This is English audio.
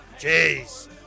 Jeez